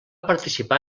participar